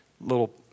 little